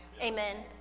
amen